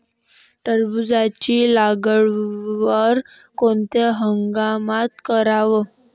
टरबूजाची लागवड कोनत्या हंगामात कराव?